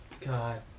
God